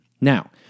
Now